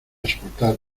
soportar